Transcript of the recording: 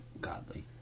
godly